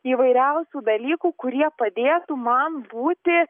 įvairiausių dalykų kurie padėtų man būti